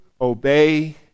obey